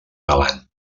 galant